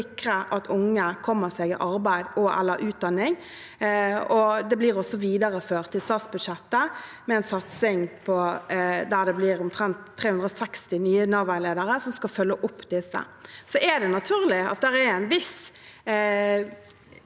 sikre at unge kommer seg i arbeid og/eller utdanning, og det blir også videreført i statsbudsjettet med en satsing der det blir omtrent 360 nye Nav-veiledere som skal følge opp disse. Det er naturlig at det er en viss